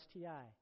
STI